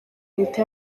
leta